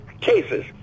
cases